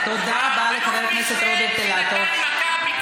תן לנו להבין, אילטוב.